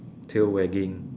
tail wagging